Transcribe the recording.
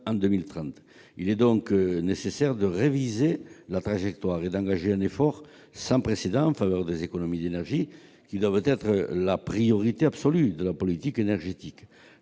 Il est donc nécessaire de réviser la trajectoire et d'engager un effort sans précédent en faveur des économies d'énergie, qui doivent être la priorité absolue de la politique énergétique.